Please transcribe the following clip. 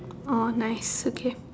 oh nice okay